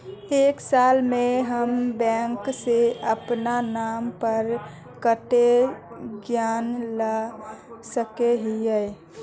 एक साल में हम बैंक से अपना नाम पर कते ऋण ला सके हिय?